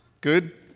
Good